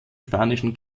spanischen